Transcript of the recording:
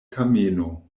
kameno